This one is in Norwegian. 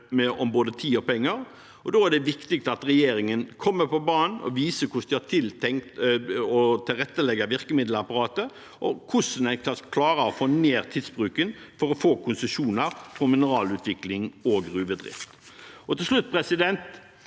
om både tid og penger, og da er det viktig at regjeringen kommer på banen og viser hvordan de har tenkt å tilrettelegge virkemiddelapparatet, og hvordan en skal klare å få ned tidsbruken for å få konsesjoner til mineralutvikling og gruvedrift. Til slutt en